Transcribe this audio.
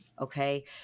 okay